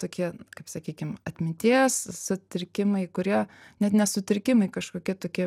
tokie kaip sakykim atminties sutrikimai kurie net ne sutrikimai kažkokie tokie